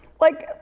like,